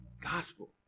gospel